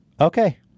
Okay